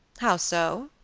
how so?